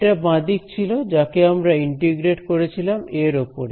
এটা বাঁ দিক ছিল যাকে আমরা ইন্টিগ্রেট করেছিলাম এর উপরে